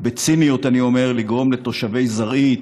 ובציניות אני אומר: לגרום לתושבי זרעית,